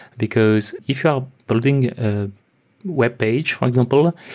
because if you are building a webpage, for example,